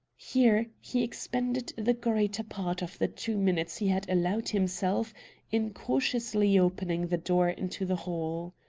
here he expended the greater part of the two minutes he had allowed himself in cautiously opening the door into the hall.